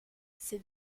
c’est